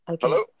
Hello